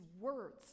words